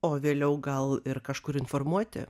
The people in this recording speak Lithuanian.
o vėliau gal ir kažkur informuoti